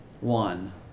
one